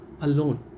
alone